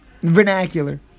vernacular